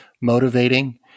motivating